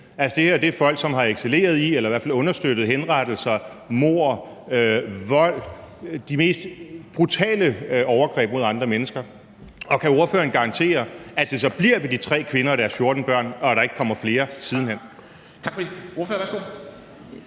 Altså, det her er jo folk, som har excelleret i eller i hvert fald understøttet henrettelser, mord, vold, de mest brutale overgreb mod andre mennesker. Og kan ordføreren garantere, at det så bliver ved de tre kvinder og deres 14 børn, og at der ikke kommer flere sidenhen?